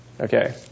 okay